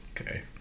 Okay